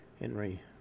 Henry